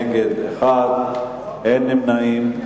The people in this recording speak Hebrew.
נגד, 1, אין נמנעים.